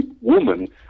woman